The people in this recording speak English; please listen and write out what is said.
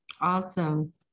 Awesome